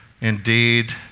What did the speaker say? Indeed